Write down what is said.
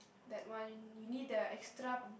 that one you you need the extra